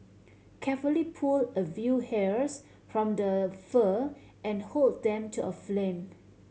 carefully pull a view hairs from the fur and hold them to a flame